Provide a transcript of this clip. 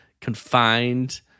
confined